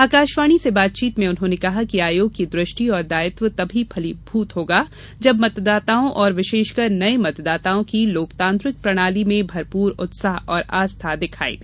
आकाशवाणी से बातचीत में उन्होंने कहा कि आयोग की दृष्टि और दायित्व तभी फलीभूत होगा जब मतदाताओं और विशेषकर नये मतदाताओं की लोकतांत्रिक प्रणाली में भरपूर उत्साह और आस्था दिखाई दे